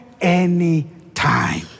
anytime